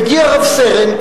מגיע רב-סרן,